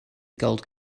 gold